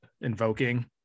invoking